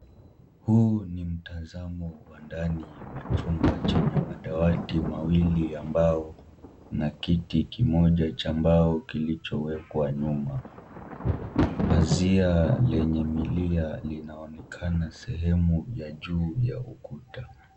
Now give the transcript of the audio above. Huu ni mtazamo wa ndani wa chumba chenye madawati mawili ya mbao na kiti kimoja cha mbao kilichowekwa nyuma. Pazia lenye milia linaonekana sehemu ya juu ya ukuta.